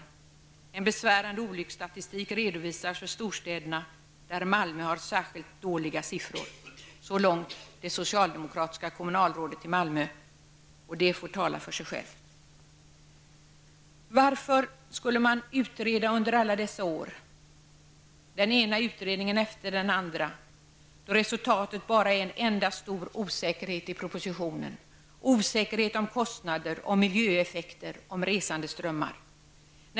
En besvärande olycksstatistik redovisas för storstäderna, där Malmö har särskilt dåliga siffror. Det yttrandet från det socialdemokratiska kommunalrådet får tala för sig självt. Varför skulle man, i den ena utredningen efter den andra, under alla dessa år utreda frågan, då resultatet ändå är en enda stor osäkerhet i propositionen? Det råder osäkerhet om kostnader, om miljöeffekter och om resandeströmmar.